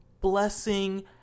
blessing